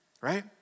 right